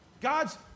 God's